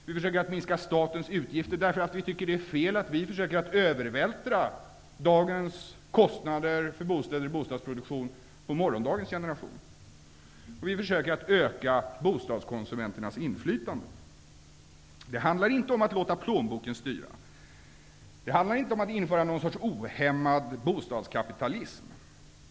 Vi försöker att minska statens utgifter, därför att vi tycker att det är fel att vi övervältrar dagens kostnader för bostäder och bostadsproduktion på morgondagens generation. Vi försöker att öka bostadskonsumenternas inflytande. Det handlar inte om att låta plånboken styra eller om att införa något slags ohämmad bostadskapitalism.